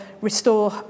restore